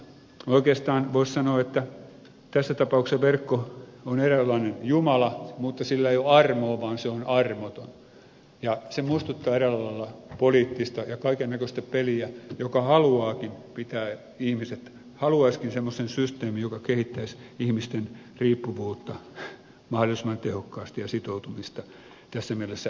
oikeastaan voisi sanoa että tässä tapauksessa verkko on eräänlainen jumala mutta sillä ei ole armoa vaan se on armoton ja se muistuttaa eräällä lailla poliittista ja kaikennäköistä peliä joka haluaakin pitää ihmiset haluaisikin semmoisen systeemin joka kehittäisi ihmisten riippuvuutta mahdollisimman tehokkaasti ja sitoutumista tässä mielessä epäitsenäisenä